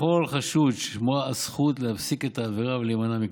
לכל חשוד שמורה הזכות להפסיק את העבירה ולהימנע מקנסות.